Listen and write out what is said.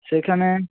সেখানে